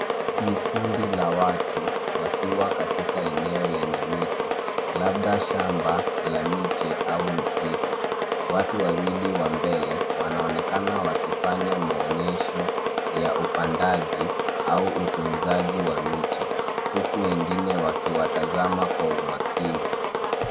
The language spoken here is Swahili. Ni kundi la watu, wakiwa katika eneo lenye miti, labda shamba la miche, au msitu. Watu wawili wa mbele, wanaonekana wakifanya maonyesho ya upandaji, au utunzaji wa miche, huku wengine wakiwatazama kwa umakini.